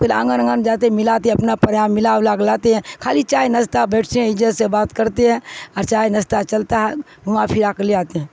پھر آنگن آگن جاتے ہیں ملاتے ہیں اپنا پیا ملا ولا کر لاتے ہیں خالی چائے نسستتا بیٹھتے ہیں عجت سے بات کرتے ہیں اور چائے نستتا چلتا ہے گھاںا پھرا کر لے آتے ہیں